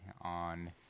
on